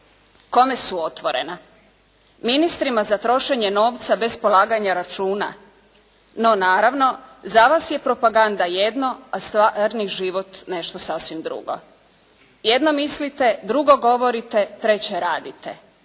Kome su otvorena? Ministrima za trošenje novca bez polaganja računa? No, naravno za vas je propagan Jedno mislite, drugo govorite, treće radite.